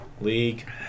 League